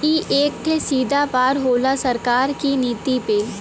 ई एक ठे सीधा वार होला सरकार की नीति पे